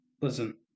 Listen